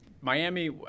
Miami